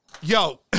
yo